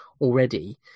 already